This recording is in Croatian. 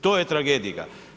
To je tragedija.